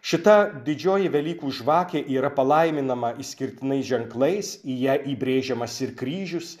šita didžioji velykų žvakė yra palaiminama išskirtinais ženklais į ją įbrėžiamas ir kryžius